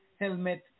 helmet